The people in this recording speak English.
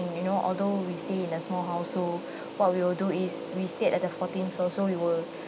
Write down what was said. you know although we stay in a small household what we will do is we stayed at the fourteenth floor we will